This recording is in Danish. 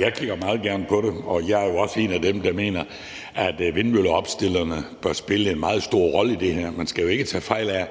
Jeg kigger meget gerne på det, og jeg er jo også en af dem, der mener, at vindmølleopstillerne bør spille en meget stor rolle i det her. Man skal jo ikke tage fejl af,